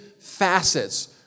facets